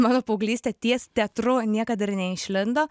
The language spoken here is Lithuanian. mano paauglystė ties teatru niekad ir neišlindo